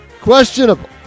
Questionable